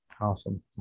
Awesome